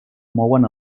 mouen